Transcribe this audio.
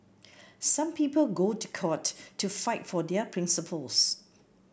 some people go to court to fight for their principles